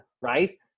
right